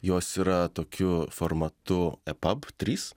jos yra tokiu formatu epab trys